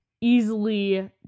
easily